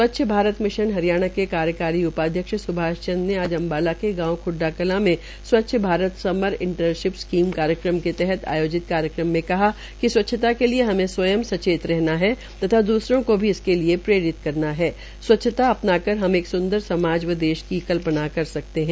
स्वच्छ भारत मिशन हरियाणा के कार्यकारी उपाध्यक्ष सुभाष चंद्र ने आज अम्बाला के गांव ख्डडा कलां में Swachh Bharat summer internship scheme कार्यक्रम के तहत आयोजित कार्यक्रम में कहा कि स्वच्छता के लिए हमे स्वयं सचेत रहना है तथा द्रसरों को इसके लिए प्रेरित करना है स्वच्छता अपना कर हम एक सुंदर समाज व देश की कल्पना कर सकते है